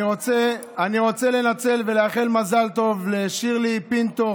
אני רוצה לנצל ולאחל מזל טוב לשירלי פינטו,